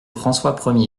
françois